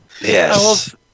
Yes